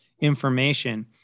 information